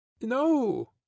No